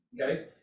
okay